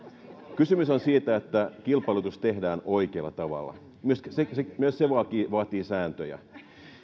kysymys on siitä että kilpailutus tehdään oikealla tavalla myös se vaatii sääntöjä